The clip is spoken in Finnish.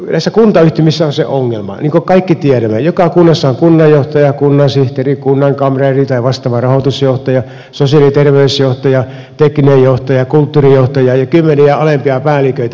näissä kuntayhtymissä on se ongelma niin kuin kaikki tiedämme että joka kunnassa on kunnanjohtaja kunnansihteeri kunnankamreeri tai vastaava rahoitusjohtaja sosiaali ja terveysjohtaja tekninen johtaja kulttuurijohtaja ja kymmeniä alempia päälliköitä